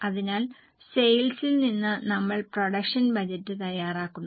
അതിനാൽ സെയിൽസിൽ നിന്ന് നമ്മൾ പ്രൊഡക്ഷൻ ബജറ്റ് തയ്യാറാക്കുന്നു